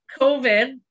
COVID